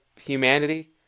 humanity